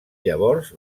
llavors